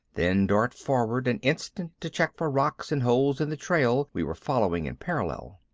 then dart forward an instant to check for rocks and holes in the trail we were following in parallel.